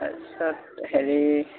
তাৰ পিছত হেৰি